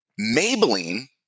Maybelline